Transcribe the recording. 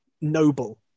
Noble